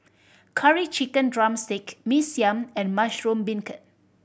Curry Chicken drumstick Mee Siam and mushroom beancurd